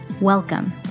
Welcome